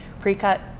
pre-cut